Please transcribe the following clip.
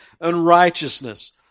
unrighteousness